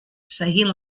seguint